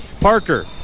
Parker